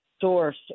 source